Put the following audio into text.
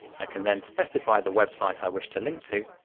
i can then specify the website i wish to link to,